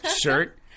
shirt